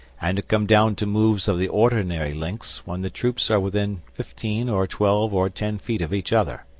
and to come down to moves of the ordinary lengths when the troops are within fifteen or twelve or ten feet of each other.